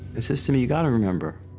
ah says to me, you got to remember,